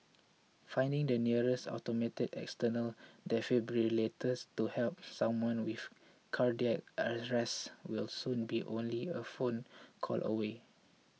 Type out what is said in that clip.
finding the nearest automated external defibrillator to help someone with cardiac arrest will soon be only a phone call away